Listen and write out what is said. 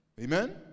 Amen